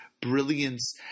brilliance